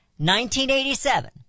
1987